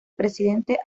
presidente